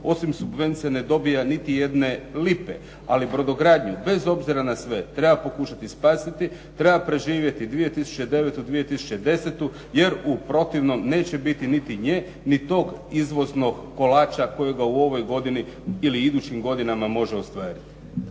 osim subvencija ne dobiva niti jedne lipe. Ali brodogradnju bez obzira na sve treba pokušati spasiti. Treba preživjeti 2009., 2010. jer u protivnom neće biti niti nje ni tog izvoznog kolača kojega u ovoj godini ili idućim godinama može ostvariti.